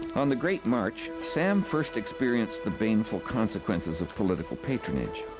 on the great march, sam first experienced the baneful consequences of political patronage.